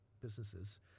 businesses